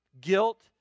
guilt